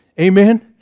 Amen